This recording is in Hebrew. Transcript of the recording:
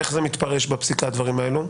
איך זה מתפרש בפסיקה הדברים האלו?